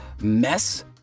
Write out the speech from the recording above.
mess